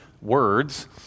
words